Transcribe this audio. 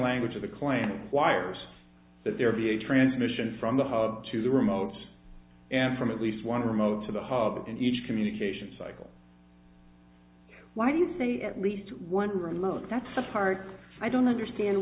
language of the clan wires that there be a transmission from the hub to the remote and from at least one remote to the hub in each communication cycle why do you say at least one room alone that's part i don't understand